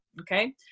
okay